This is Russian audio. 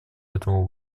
этому